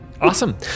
Awesome